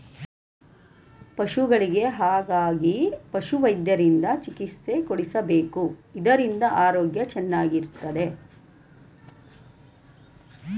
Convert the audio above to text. ಪಶುಗಳಿಗೆ ಹಾಗಾಗಿ ಪಶುವೈದ್ಯರಿಂದ ಚಿಕಿತ್ಸೆ ಕೊಡಿಸಬೇಕು ಇದರಿಂದ ಆರೋಗ್ಯ ಚೆನ್ನಾಗಿರುತ್ತದೆ